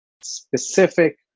specific